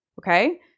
okay